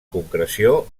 concreció